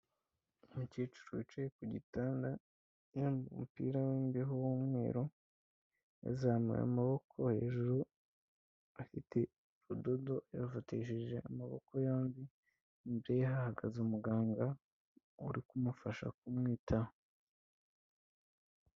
Umukecuru wicaye ku gitanda yambaye umupira w'imbeho w'umweru, yazamuye amaboko hejuru afite urudodo yafatishije amaboko yombi, imbere ye hahagaze umuganga uri kumufasha kumwitaho.